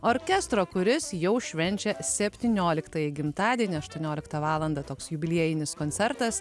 orkestro kuris jau švenčia septynioliktąjį gimtadienį aštuonioliktą valandą toks jubiliejinis koncertas